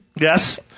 Yes